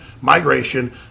migration